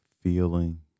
feeling